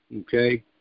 okay